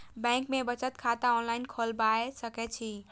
Bank में बचत खाता ऑनलाईन खोलबाए सके छी?